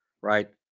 right